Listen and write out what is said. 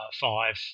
five